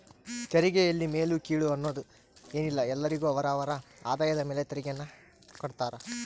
ತೆರಿಗೆಯಲ್ಲಿ ಮೇಲು ಕೀಳು ಅನ್ನೋದ್ ಏನಿಲ್ಲ ಎಲ್ಲರಿಗು ಅವರ ಅವರ ಆದಾಯದ ಮೇಲೆ ತೆರಿಗೆಯನ್ನ ಕಡ್ತಾರ